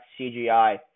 CGI